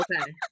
Okay